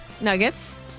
nuggets